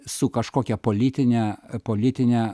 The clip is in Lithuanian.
su kažkokia politine politine